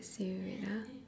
see wait ah